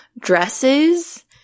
dresses